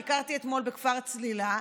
ביקרתי אתמול בכפר צלילה,